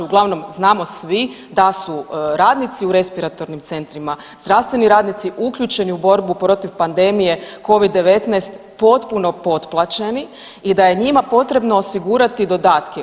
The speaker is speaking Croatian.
Uglavnom znamo svi da su radnici u respiratornim centrima, zdravstveni radnici uključeni u borbu protiv pandemije Covid-19 potpuno potplaćeni i da je njima potrebno osigurati dodatke.